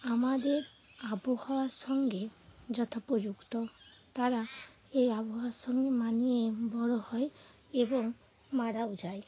আমাদের আবহাওয়ার সঙ্গে যথোপযুক্ত তারা এই আবহাওয়ার সঙ্গে মানিয়ে বড়ো হয় এবং মারাও যায়